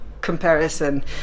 comparison